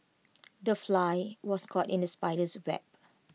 the fly was caught in the spider's web